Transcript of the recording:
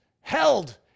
held